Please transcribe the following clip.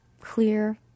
clear